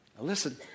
listen